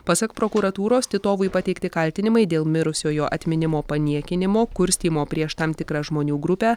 pasak prokuratūros titovui pateikti kaltinimai dėl mirusiojo atminimo paniekinimo kurstymo prieš tam tikrą žmonių grupę